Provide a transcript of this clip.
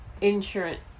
insurance